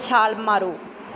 ਛਾਲ ਮਾਰੋ